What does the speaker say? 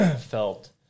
felt